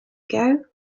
ago